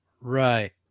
right